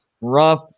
rough